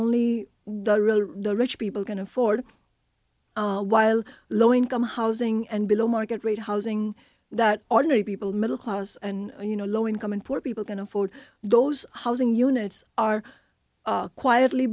only the rich people can afford while low income housing and below market rate housing that ordinary people middle class and you know low income and poor people can afford those housing units are quietly